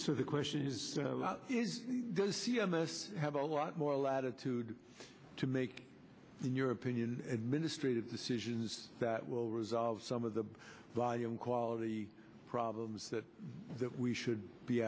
so the question is c m s have a lot more a lot of to make your opinion administrative decisions that will resolve some of the volume quality problems that we should be